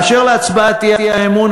אשר להצבעת האי-אמון,